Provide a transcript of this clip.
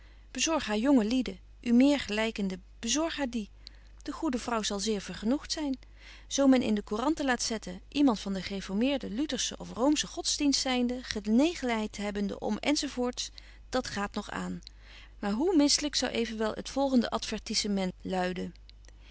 haar jonge lieden u meer gelykende bezorg haar die de goede vrouw zal zeer vergenoegt zyn zo men in de couranten laat zetten iemand van den gereformeerden lutherschen of roomschen godsdienst zynde genegenheid hebbende om enzovoorts dat gaat nog aan maar hoe misselyk zou evenwel het volgende advertissement luiden